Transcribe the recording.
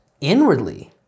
inwardly